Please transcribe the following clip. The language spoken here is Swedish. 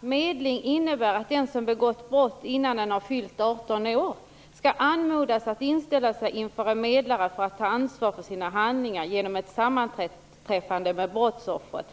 Medling innebär att den som har begått brott innan han har fyllt 18 år skall anmodas att inställa sig inför en medlare för att ta ansvar för sina handlingar genom ett sammanträffande med brottsoffret.